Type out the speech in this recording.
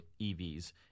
EVs